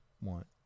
Want